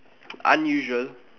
unusual